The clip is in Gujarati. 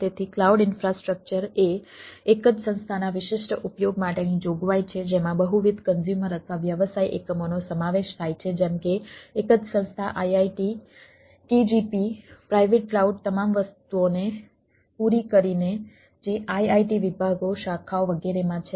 તેથી ક્લાઉડ ઇન્ફ્રાસ્ટ્રક્ચર એ એક જ સંસ્થાના વિશિષ્ટ ઉપયોગ માટેની જોગવાઈ છે જેમાં બહુવિધ કન્ઝુમર અથવા વ્યવસાય એકમોનો સમાવેશ થાય છે જેમ કે એક જ સંસ્થા IIT KGP પ્રાઇવેટ ક્લાઉડ તમામ વસ્તુઓને પૂરી કરીને જે IIT વિભાગો શાખાઓ વગેરેમાં છે